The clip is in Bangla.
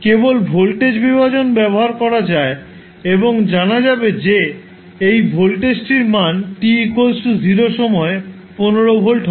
কেবল ভোল্টেজ বিভাজন ব্যবহার করা যায় এবং জানা যাবে যে এই ভোল্টেজটির মান t0 সময়ে 15 ভোল্ট হবে